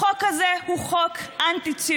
החוק הזה הוא חוק אנטי-ציוני.